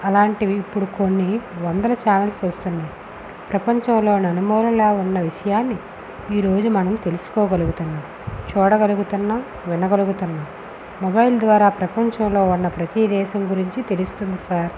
అలాంటివి ఇప్పుడు కొన్ని వందల చానల్స్ వస్తున్నాయి ప్రపంచంలో నలుమూలలా ఉన్న విషయాన్ని ఈరోజు మనం తెలుసుకోగలుగుతున్నాం చూడగలుగుతున్నాం వినగలుగుతున్నాం మొబైల్ ద్వారా ప్రపంచంలో ఉన్న ప్రతీ దేశం గురించి తెలుస్తుంది సార్